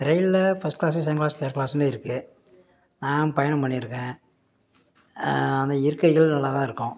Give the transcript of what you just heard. ரயில்ல first class second class third க்ளாஸுனு இருக்குது நான் பயணம் பண்ணியிருக்கேன் அந்த இருக்கைகள் நல்லாதான் இருக்கும்